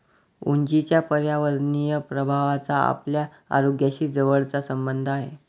उंचीच्या पर्यावरणीय प्रभावाचा आपल्या आरोग्याशी जवळचा संबंध आहे